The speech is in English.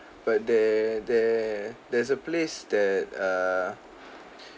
but there there there's a place that err